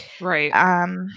Right